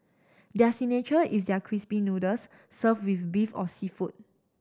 their signature is their crispy noodles serve with beef or seafood